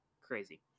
crazy